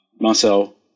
Marcel